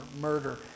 murder